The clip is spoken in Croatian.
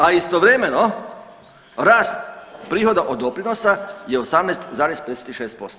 A istovremeno rast prihoda od doprinosa je 18,56%